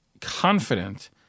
confident